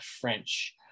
French